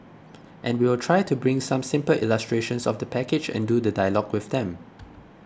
and we will try to bring some simple illustrations of the package and do the dialogue with them